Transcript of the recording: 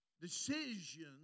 decision